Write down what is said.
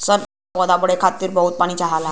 सन के पौधा के बढ़े खातिर बहुत पानी चाहला